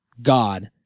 God